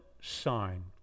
sign